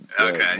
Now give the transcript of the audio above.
Okay